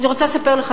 אני רוצה לספר לך,